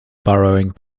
burrowing